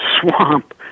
swamp